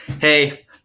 hey